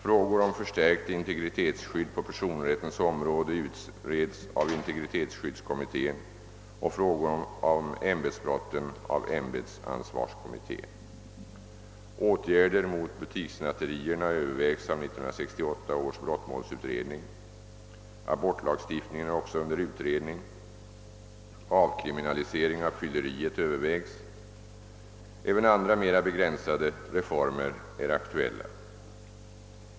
Frågor om förstärkt integritetsskydd på personrättens område utreds av integritetsskyddskommittén och frågor om ämbetsbrotten av ämbetsansvarskommittén. Åtgärder mot butikssnatterierna övervägs av 1968 års brottmålsutredning. Abortlagstiftningen är också under utredning. Avkriminalisering av fylleriet övervägs. Även andra mera begränsade reformer är aktuella.